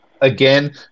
Again